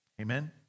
Amen